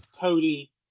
Cody